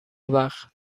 وقت